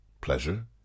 Pleasure